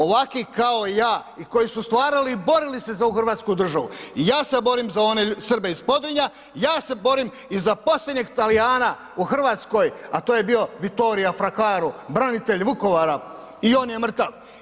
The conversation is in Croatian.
Ovaki kao ja i koji su stvarali i borili se za ovu Hrvatsku državu i ja se borim za one Srbe iz Podvinja, ja se borim i za posljednjeg Talijana u Hrvatskoj, a to je bio Vittorie Fraccaro branitelj Vukovara i on je mrtav.